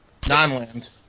Nonland